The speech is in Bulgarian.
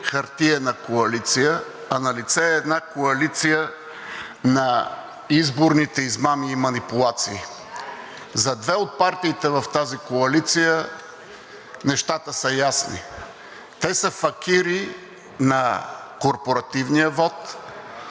хартиена коалиция, а една коалиция на изборните измами и манипулации. За две от партиите в тази коалиция нещата са ясни. Те са факири на корпоративния вот,